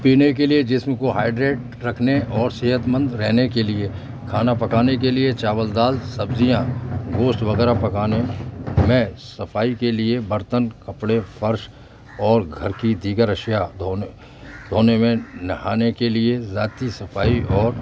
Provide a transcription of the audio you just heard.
پینے کے لیے جسم کو ہائڈریٹ رکھنے اور صحتمند رہنے کے لیے کھانا پکانے کے لیے چاول دال سبزیاں گوشت وغیرہ پکانے میں صفائی کے لیے برتن کپڑے فرش اور گھر کی دیگر اشیاء دھونے دھونے میں نہانے کے لیے ذاتی صفائی اور